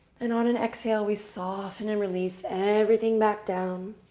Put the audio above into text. and on an exhale, we soften and release everything back down.